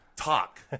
talk